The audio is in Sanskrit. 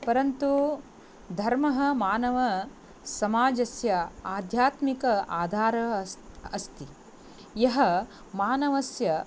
परन्तु धर्मः मानवसमाजस्य आध्यात्मिक आधारः अस्ति अस्ति यः मानवस्य